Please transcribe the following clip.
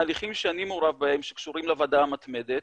בהליכים שאני מעורב בהם, שקשורים לוועדה המתמדת.